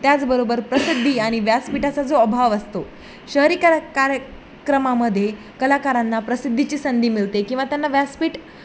त्याचबरोबर प्रसिद्धी आणि व्यासपीठाचा जो अभाव असतो शहरी क कार्यक्रमामध्ये कलाकारांना प्रसिद्धीची संधी मिळते किंवा त्यांना व्यासपीठ